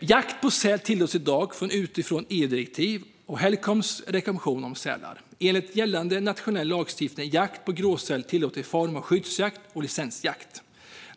Jakt på säl tillåts i dag utifrån EU-direktiv och Helcoms rekommendation om sälar. Enligt gällande nationell lagstiftning är jakt på gråsäl tillåten i form av skyddsjakt och licensjakt.